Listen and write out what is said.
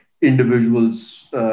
individuals